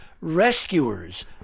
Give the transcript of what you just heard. rescuers